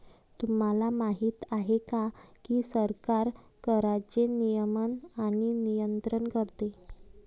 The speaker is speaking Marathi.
तुम्हाला माहिती आहे का की सरकार कराचे नियमन आणि नियंत्रण करते